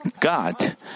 God